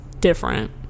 different